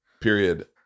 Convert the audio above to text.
Period